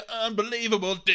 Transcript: unbelievable